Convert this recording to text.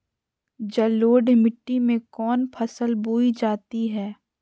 जलोढ़ मिट्टी में कौन फसल बोई जाती हैं?